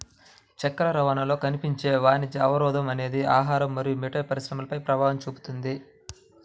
చక్కెర రవాణాలో కనిపించే వాణిజ్య అవరోధం అనేది ఆహారం మరియు మిఠాయి పరిశ్రమపై ప్రభావం చూపుతుంది